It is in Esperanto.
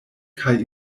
kaj